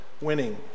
winning